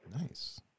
Nice